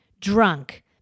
drunk